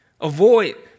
avoid